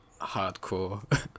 hardcore